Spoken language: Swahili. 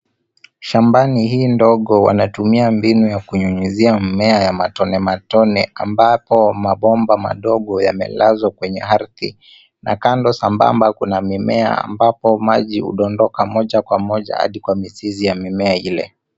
Shambani hii ndogo wanatumia mbinu ya kunyunyizia mmea ya matone matone ambapo mabomba madogo yamelazwa kwenye ardhi na kando sambamba kuna mimea ambapo maji hudondoka moja kwa moja adi kwa mizizi ya mimea ile.